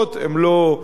הן לא חדשות,